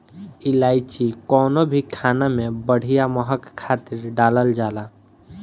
इलायची कवनो भी खाना में बढ़िया महक खातिर डालल जाला